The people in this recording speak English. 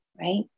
right